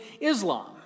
Islam